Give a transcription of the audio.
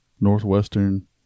Northwestern